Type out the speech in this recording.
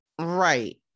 right